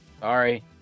Sorry